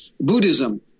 Buddhism